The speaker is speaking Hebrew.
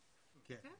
שרה,